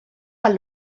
pel